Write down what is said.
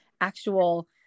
actual